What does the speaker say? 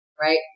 Right